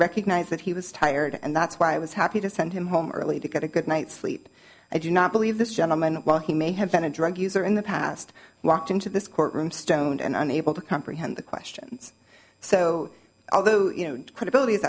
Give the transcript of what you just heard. recognize that he was tired and that's why i was happy to send him home early to get a good night's sleep i do not believe this gentleman while he may have been a drug user in the past walked into this courtroom stoned and unable to comprehend the questions so although credibility is